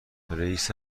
رییس